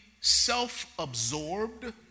self-absorbed